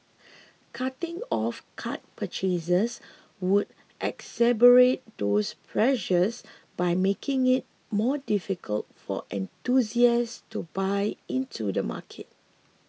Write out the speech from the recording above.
cutting off card purchases could exacerbate those pressures by making it more difficult for enthusiasts to buy into the market